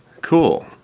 Cool